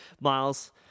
Miles